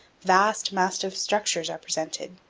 vast massive structures are presented.